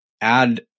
add